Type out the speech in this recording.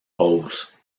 roses